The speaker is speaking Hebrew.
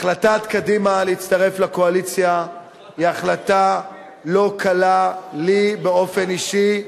החלטת קדימה להצטרף לקואליציה היא החלטה לא קלה לי באופן אישי,